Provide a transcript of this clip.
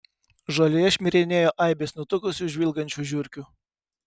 žolėje šmirinėjo aibės nutukusių žvilgančių žiurkių